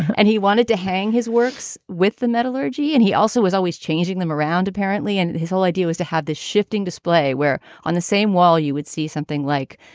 and he wanted to hang his works with the metallurgy. and he also was always changing them around, apparently. and his whole idea was to have this shifting display wear on the same wall. you would see something like,